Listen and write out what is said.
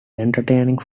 entertaining